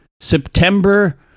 september